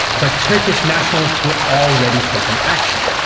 but turkish nationalists were already taking action.